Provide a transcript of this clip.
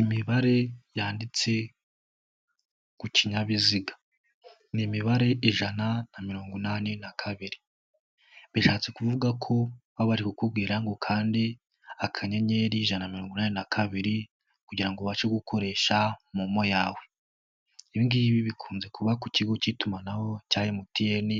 Imibare yanditse ku kinyabiziga. Ni imibare ijana na mirongo inani na kabiri. Bishatse kuvuga ko baba bari kukubwira ngo ukande akanyenyeri ijana na mirongo inani na kabiri kugira ngo ubashe gukoresha momo yawe. Ibi ngibi bikunze kuba ku kigo k'itumanaho cya MTN.